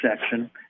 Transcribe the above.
section